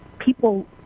People